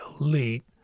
elite